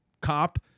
cop